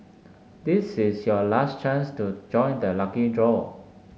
this is your last chance to join the lucky draw